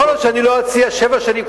יכול להיות שאני לא אציע שבע שנים,